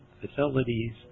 facilities